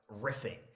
riffing